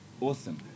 Awesome